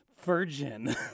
virgin